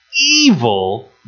evil